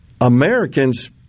Americans